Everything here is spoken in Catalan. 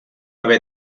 haver